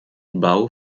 bouwen